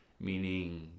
Meaning